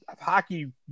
hockey